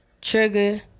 Trigger